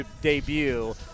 debut